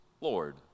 Lord